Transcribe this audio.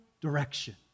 direction